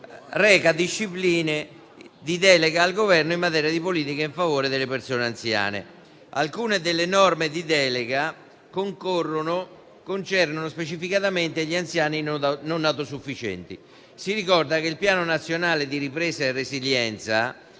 reca discipline di delega al Governo in materia di politiche in favore delle persone anziane. Alcune delle norme di delega concernono specificamente gli anziani non autosufficienti. Si ricorda che il Piano nazionale di ripresa e resilienza